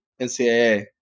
NCAA